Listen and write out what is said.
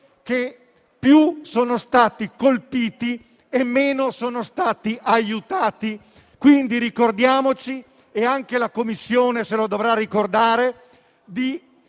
che più sono stati colpiti e meno sono stati aiutati. Quindi ricordiamoci - anche la Commissione se lo dovrà ricordare - di